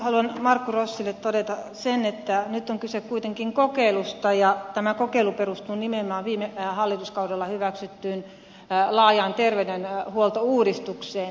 haluan markku rossille todeta sen että nyt on kyse kuitenkin kokeilusta ja tämä kokeilu perustuu nimenomaan viime hallituskaudella hyväksyttyyn laajaan terveydenhuoltouudistukseen